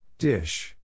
Dish